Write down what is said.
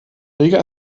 riga